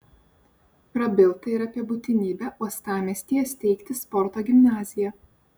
prabilta ir apie būtinybę uostamiestyje steigti sporto gimnaziją